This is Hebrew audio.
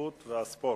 התרבות והספורט,